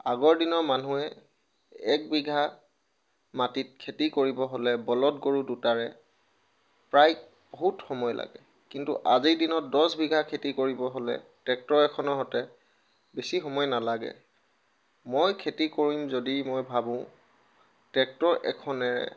আগৰ দিনৰ মানুহে এক বিঘা মাটিত খেতি কৰিব হ'লে বলধ দুটাৰে প্ৰায় বহুত সময় লাগে কিন্তু আজিৰ দিনত দহ বিঘা খেতি কৰিব হ'লে ট্ৰেক্টৰ এখনৰ স'তে বেছি সময় নালাগে মই খেতি কৰিম যদি মই ভাবোঁ ট্ৰেক্টৰ এখনেৰে